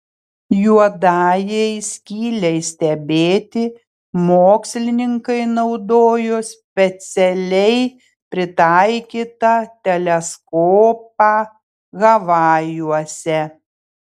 juodajai skylei stebėti mokslininkai naudojo specialiai pritaikytą teleskopą havajuose